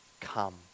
come